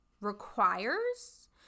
requires